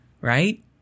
right